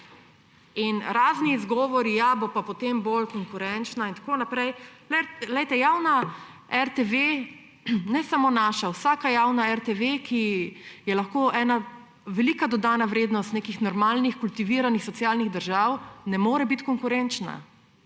razni izgovori »ja, bo pa potem bolj konkurenčna« in tako naprej – glejte, javna RTV, ne samo naša, vsaka javna RTV, ki je lahko velika dodana vrednost nekih normalnih, kultiviranih, socialnih držav, ne more biti konkurenčna.